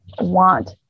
want